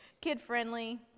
Kid-friendly